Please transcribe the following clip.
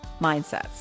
mindsets